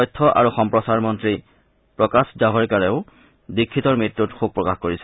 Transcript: তথ্য আৰু সম্প্ৰচাৰ মন্ত্ৰী প্ৰকাশ জাভাড়েকাৰেও দীফিতৰ মৃত্যুত শোক প্ৰকাশ কৰিছে